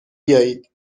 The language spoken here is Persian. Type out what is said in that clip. بیایید